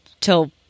till